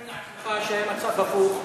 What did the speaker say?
תאר לעצמך שהיה מצב הפוך,